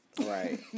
Right